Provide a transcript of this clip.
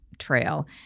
Trail